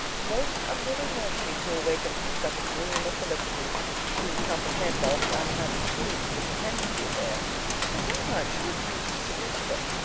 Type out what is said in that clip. most unwilling was she to awaken from such a dream of felicity to comprehend all the unhappy truths which attended the affair and for some time she refused to submit to them.